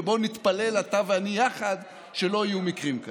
ובוא נתפלל, אתה ואני יחד, שלא יהיו מקרים כאלה.